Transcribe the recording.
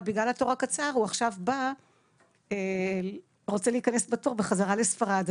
אבל בגלל התור הקצר הוא עכשיו בא ורוצה להיכנס בתור בחזרה לספרד.